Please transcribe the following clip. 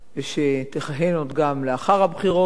ושתכהן עוד גם לאחר הבחירות